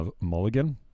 Mulligan